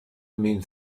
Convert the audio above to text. mean